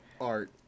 Art